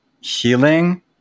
healing